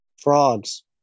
Frogs